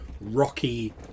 rocky